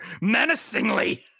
menacingly